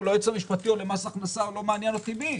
או ליועץ המשפטי או למס ההכנסה - לא מעניין אותי מי.